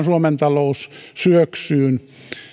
suomen talous syöksyyn